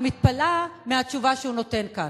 אני מתפלאת על התשובה שהוא נותן כאן.